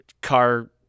car